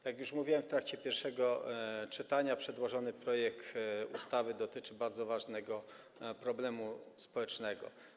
Jak już mówiłem w trakcie pierwszego czytania, przedłożony projekt ustawy dotyczy bardzo ważnego problemu społecznego.